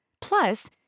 plus